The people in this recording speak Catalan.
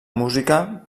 música